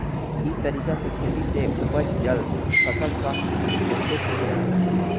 इ तरीका से खेती से उपजल फसल स्वास्थ्य खातिर बहुते ठीक रहेला